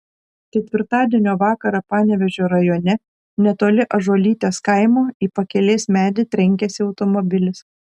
ketvirtadienio vakarą panevėžio rajone netoli ąžuolytės kaimo į pakelės medį trenkėsi automobilis